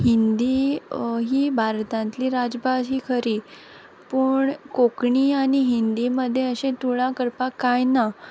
हिंदी ही भारतांतली राजभास ही खरी पूण कोंकणी आनी हिंदी मदें अशें तुळा करपाक कांय ना